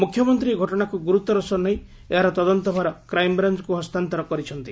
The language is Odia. ମୁଖ୍ୟମନ୍ତୀ ଏହି ଘଟଣାକୁ ଗୁରୁତ୍ୱର ସହ ନେଇ ଏହାର ତଦନ୍ତ ଭାର କ୍ରାଇମ୍ବ୍ରାଞ୍ଚକୁ ହସ୍ତାନ୍ତର କରିଛନ୍ତି